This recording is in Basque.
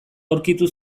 aurkitu